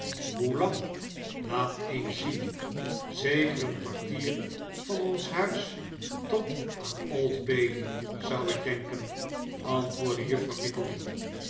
hoe lang laat eens zien zeker een kwartier van ons huis tot aan old bailey zou ik denken antwoordde juffrouw